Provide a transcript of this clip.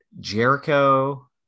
Jericho